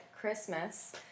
Christmas